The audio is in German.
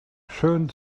schön